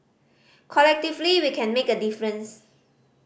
collectively we can make a difference